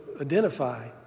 identify